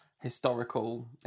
historical